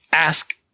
ask